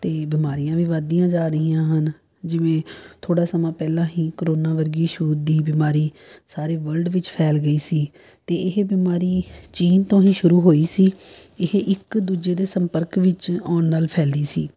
ਅਤੇ ਬਿਮਾਰੀਆਂ ਵੀ ਵੱਧਦੀਆਂ ਜਾ ਰਹੀਆਂ ਹਨ ਜਿਵੇਂ ਥੋੜ੍ਹਾ ਸਮਾਂ ਪਹਿਲਾਂ ਹੀ ਕਰੋਨਾ ਵਰਗੀ ਛੂਤ ਦੀ ਬਿਮਾਰੀ ਸਾਰੇ ਵਰਲਡ ਵਿੱਚ ਫੈਲ ਗਈ ਸੀ ਅਤੇ ਇਹ ਬਿਮਾਰੀ ਚੀਨ ਤੋਂ ਹੀ ਸ਼ੁਰੂ ਹੋਈ ਸੀ ਇਹ ਇੱਕ ਦੂਜੇ ਦੇ ਸੰਪਰਕ ਵਿੱਚ ਆਉਣ ਨਾਲ ਫੈਲੀ ਸੀ